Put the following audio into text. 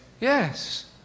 Yes